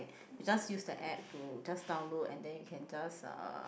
you just use the app to just download and then you can just uh